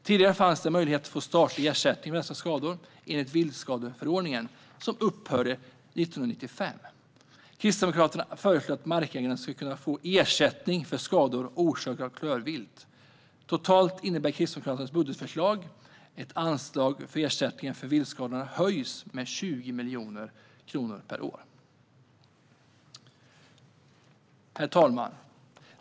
Tidigare fanns möjlighet att få statlig ersättning för dessa skador enligt viltskadeförordningen, men det upphörde 1995. Kristdemokraterna föreslår att markägare ska kunna få ersättning för skador orsakade av klövvilt. Totalt innebär Kristdemokraternas budgetförslag att anslaget för ersättningar för viltskador höjs med 20 miljoner kronor per år. Herr talman!